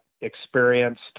experienced